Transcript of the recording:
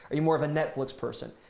are you more of a netflix person?